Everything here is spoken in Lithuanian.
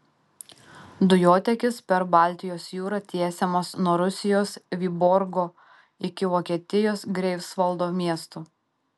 dujotiekis per baltijos jūrą tiesiamas nuo rusijos vyborgo iki vokietijos greifsvaldo miestų